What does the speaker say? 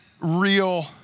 real